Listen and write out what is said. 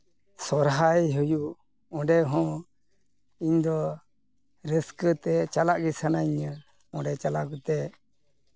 ᱥᱚᱦᱚᱨᱟᱭ ᱦᱩᱭᱩᱜ ᱚᱸᱰᱮ ᱦᱚᱸ ᱤᱧ ᱫᱚ ᱨᱟᱹᱥᱠᱟᱹᱛᱮ ᱪᱟᱞᱟᱜ ᱜᱮ ᱥᱟᱱᱟᱧᱟ ᱚᱸᱰᱮ ᱪᱟᱞᱟᱣ ᱠᱟᱛᱮᱫ